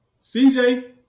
CJ